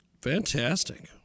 Fantastic